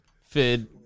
Fid